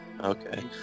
Okay